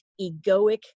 egoic